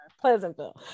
Pleasantville